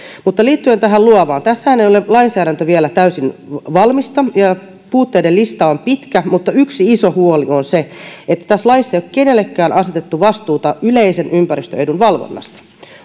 mutta liittyen tähän luovaan tässähän ei ole lainsäädäntö vielä täysin valmista ja puutteiden lista on pitkä mutta yksi iso huoli on se että tässä laissa ei ole kenellekään asetettu vastuuta yleisen ympäristöedun valvonnasta